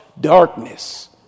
darkness